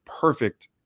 perfect